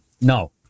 No